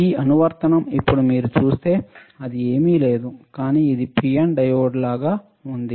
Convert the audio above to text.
ఈ అనువర్తనం ఇప్పుడు మీరు చూస్తే అది ఏమీ లేదు కానీ ఇది పిఎన్ డయోడ్ లాగా ఉంది